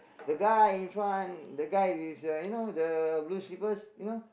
the guy in front the guy with the you know the blue slippers you know